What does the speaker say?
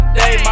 day